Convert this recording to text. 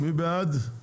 מי בעד?